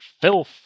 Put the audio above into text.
filth